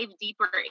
deeper